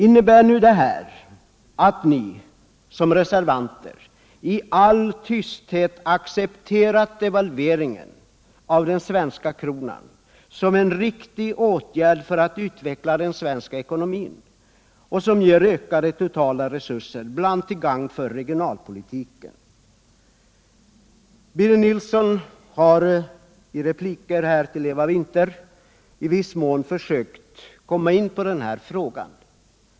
Innebär det här att ni som reservanter i all tysthet har accepterat devalveringen av den svenska kronan som en riktig åtgärd för att utveckla den svenska ekonomin och ge ökade totala resurser, bl.a. till gagn för regionalpolitiken? Birger Nilsson har i repliker till Eva Winther i viss mån försökt komma in på denna fråga.